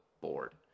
board